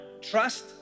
Trust